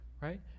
right